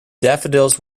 daffodils